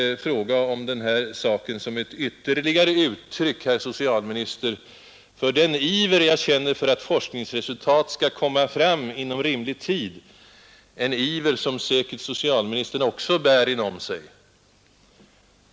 Jag frågar om den här saken som ett ytterligare uttryck, herr socialminister, för den iver jag känner för att forskningsresultat skall komma fram inom rimlig tid, en iver som säkert socialministern också bär inom sig.